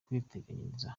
kwiteganyiriza